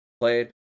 played